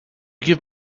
give